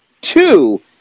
two